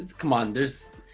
come on there's